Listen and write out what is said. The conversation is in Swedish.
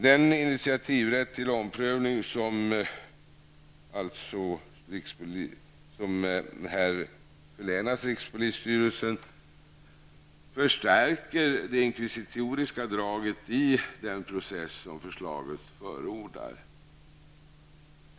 Den initiativrätt till omprövning som här förlänas rikspolisstyrelsen förstärker det inkvisitoriska draget i den process som förordas i förslaget.